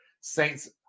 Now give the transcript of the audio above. Saints